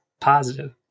Positive